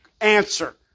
answer